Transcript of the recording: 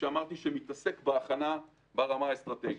שמתעסק בהכנה ברמה האסטרטגית.